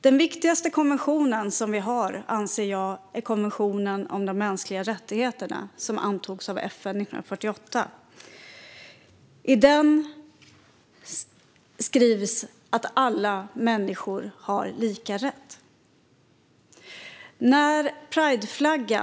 Den viktigaste konvention som vi har anser jag är konventionen om de mänskliga rättigheterna, som antogs av FN 1948. I den står det att alla människor har lika rätt.